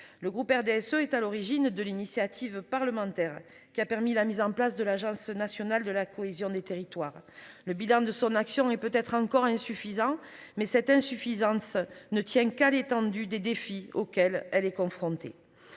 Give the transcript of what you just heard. le groupe RDSE est à l'origine de l'initiative parlementaire qui a permis la mise en place de l'Agence nationale de la cohésion des territoires. Le bilan de son action et peut être encore insuffisant mais cette insuffisance ne tient qu'à l'étendue des défis auxquels elle est confrontée.